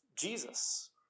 Jesus